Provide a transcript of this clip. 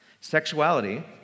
Sexuality